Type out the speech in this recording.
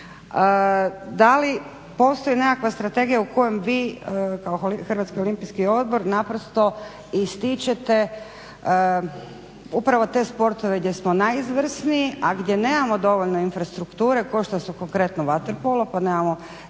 dali postoji nekakva strategija u kojem vi kao Hrvatski olimpijski odbor naprosto ističete upravo te sportove gdje smo najizvrsniji a gdje nemamo dovoljno infrastrukture kao što konkretno vaterpolo pa nemamo definitivno